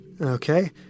okay